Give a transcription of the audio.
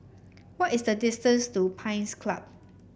what is the distance to Pines Club